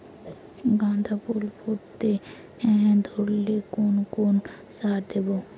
গাদা ফুল ফুটতে ধরলে কোন কোন সার দেব?